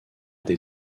des